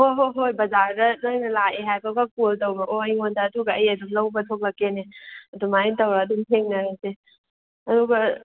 ꯍꯣꯏ ꯍꯣꯏ ꯍꯣꯏ ꯕꯖꯥꯔꯗ ꯅꯪꯅ ꯂꯥꯛꯑꯦ ꯍꯥꯏꯕꯒ ꯀꯣꯜ ꯇꯧꯔꯛꯑꯣ ꯑꯩꯉꯣꯟꯗ ꯑꯗꯨꯒ ꯑꯩ ꯑꯗꯨꯝ ꯂꯧꯕ ꯊꯣꯛꯂꯛꯀꯦꯅꯦ ꯑꯗꯨꯝ ꯍꯥꯏ ꯇꯧꯔꯒ ꯑꯗꯨꯝ ꯊꯦꯡꯅꯔꯁꯦ ꯑꯗꯨꯒ